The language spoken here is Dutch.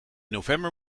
november